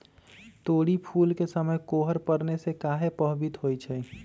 तोरी फुल के समय कोहर पड़ने से काहे पभवित होई छई?